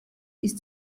ist